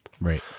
Right